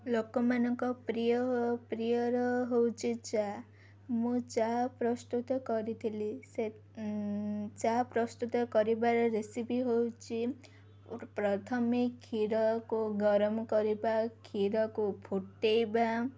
ଲୋକମାନଙ୍କ ପ୍ରିୟ ପ୍ରିୟର ହେଉଛି ଚା' ମୁଁ ଚା ପ୍ରସ୍ତୁତ କରିଥିଲି ସେ ଚା ପ୍ରସ୍ତୁତ କରିବାର ରେସିପି ହେଉଛି ପ୍ରଥମେ କ୍ଷୀରକୁ ଗରମ କରିବା କ୍ଷୀରକୁ ଫୁଟେଇବା